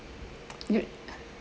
you